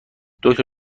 دکتر